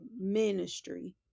ministry